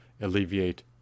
alleviate